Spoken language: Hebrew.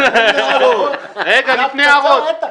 רגע, לפני הערות.